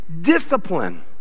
discipline